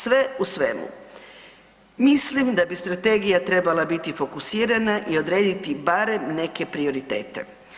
Sve u svemu, mislim da bi strategija trebala biti fokusirana i odrediti barem neke prioritete.